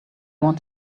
want